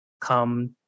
come